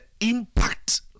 impact